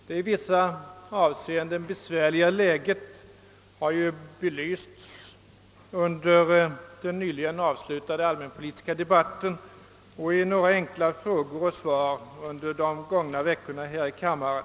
Det i vissa avseenden besvärliga läget har belysts under den nyligen avslutade allmänpolitiska debatten och i några enkla frågor och svar under de gångna veckorna här i kammaren.